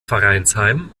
vereinsheim